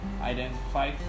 identify